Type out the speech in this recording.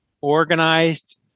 organized